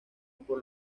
por